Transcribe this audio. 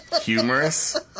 humorous